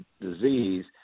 disease